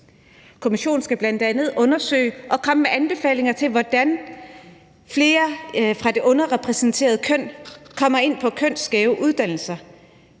Kommissionen skal bl.a. undersøge og komme med anbefalinger til, hvordan flere fra det underrepræsenterede køn kommer ind på kønsskæve uddannelser